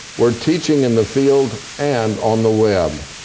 we're teaching in the field and on the web.